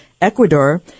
Ecuador